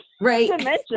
right